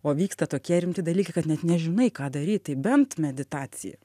o vyksta tokie rimti dalykai kad net nežinai ką daryt tai bent meditacija